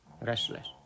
restless